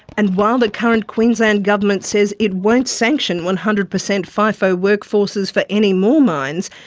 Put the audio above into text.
and while the current queensland government says it won't sanction one hundred percent fifo workforces for any more mines,